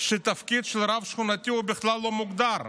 שתפקיד של רב שכונתי הוא בכלל לא מוגדר.